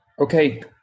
Okay